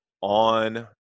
on